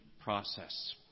process